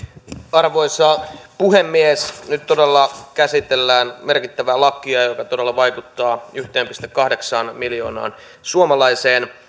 arvoisa puhemies nyt todella käsitellään merkittävää lakia joka vaikuttaa yhteen pilkku kahdeksaan miljoonaan suomalaiseen